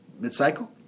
mid-cycle